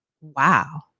wow